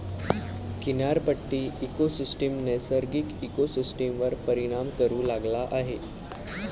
किनारपट्टी इकोसिस्टम नैसर्गिक इकोसिस्टमवर परिणाम करू लागला आहे